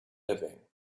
living